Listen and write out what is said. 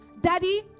Daddy